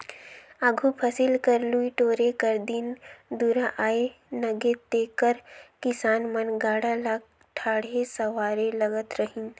आघु फसिल कर लुए टोरे कर दिन दुरा आए नगे तेकर किसान मन गाड़ा ल ठाठे सवारे लगत रहिन